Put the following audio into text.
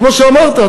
כמו שאמרת.